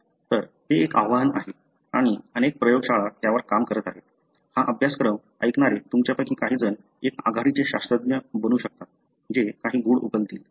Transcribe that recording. तर ते एक आव्हान आहे आणि अनेक प्रयोगशाळा त्यावर काम करत आहेत हा अभ्यासक्रम ऐकणारे तुमच्यापैकी काही जणं एक आघाडीचे शास्त्रज्ञ बनू शकतात हे काही गूढ उकलतील